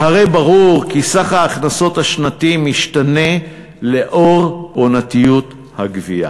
והרי ברור כי סך ההכנסות השנתי משתנה לאור עונתיות הגבייה.